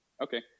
okay